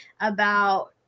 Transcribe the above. about-